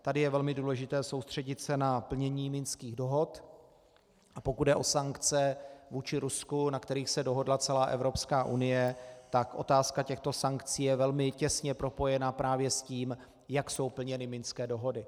Tady je velmi důležité soustředit se na plnění minských dohod, a pokud jde o sankce vůči Rusku, na kterých se dohodla celá Evropská unie, tak otázka těchto sankcí je velmi těsně propojena právě s tím, jak jsou plněny minské dohody.